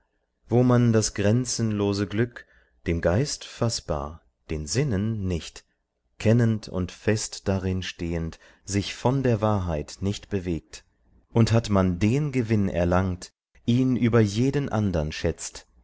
wo man das grenzenlose glück dem geist faßbar den sinnen nicht kennend und fest darin stehend sich von der wahrheit nicht bewegt und hat man den gewinn erlangt ihn über jeden andern schätzt